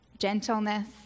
gentleness